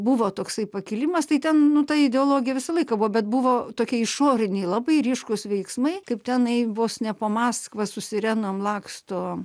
buvo toksai pakilimas tai ten nu ta ideologija visą laiką buvo bet buvo tokie išoriniai labai ryškūs veiksmai kaip tenai vos ne po maskvą su sirenom laksto